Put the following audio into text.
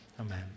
amen